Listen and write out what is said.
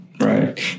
Right